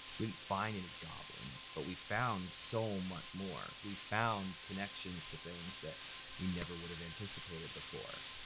we didn't find any goblins, but we found so much more. we found connections to things that we never would've ancitipated before,